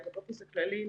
האפוטרופוס הכללי,